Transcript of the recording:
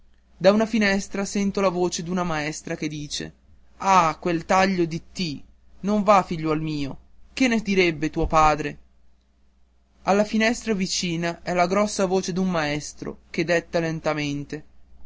da una finestra sento la voce d'una maestra che dice ah quel taglio di t non va figliuol mio che ne direbbe tuo padre alla finestra vicina è la grossa voce d'un maestro che detta lentamente